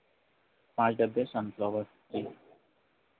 पाँच डब्बे सन फ़्लावर